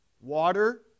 Water